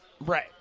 Right